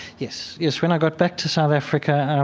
yes. yes. when i got back to south africa, um